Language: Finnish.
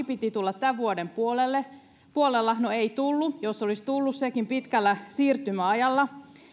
piti tulla laki tämän vuoden puolella no ei tullut jos olisi tullut sekin pitkällä siirtymäajalla